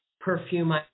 perfume